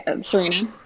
Serena